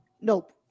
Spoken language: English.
Nope